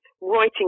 writing